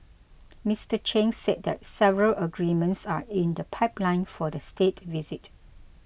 Mister Chen said that several agreements are in the pipeline for the State Visit